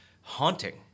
haunting